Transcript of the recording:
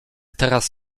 teraz